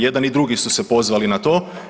Jedan i drugi su se pozvali na to.